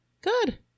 Good